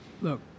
look